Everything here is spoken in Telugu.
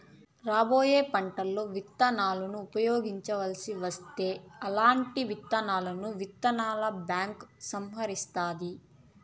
రాబోయే పంటలలో ఇత్తనాలను ఉపయోగించవలసి వస్తే అల్లాంటి విత్తనాలను విత్తన బ్యాంకు సంరక్షిస్తాది